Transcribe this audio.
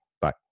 Bye